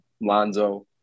Lonzo